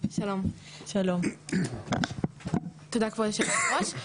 שלום, תודה כבוד היושבת-ראש.